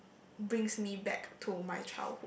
brings me back to my childhood